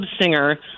singer